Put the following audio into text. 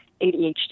ADHD